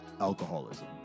alcoholism